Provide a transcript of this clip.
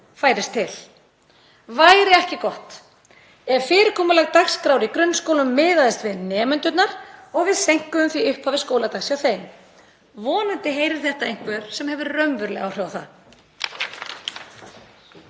færist til. Væri ekki gott ef fyrirkomulag dagskrár í grunnskólum miðaðist við nemendurna og við seinkuðum því upphafi skóladags hjá þeim? Vonandi heyrir þetta einhver sem hefur raunveruleg áhrif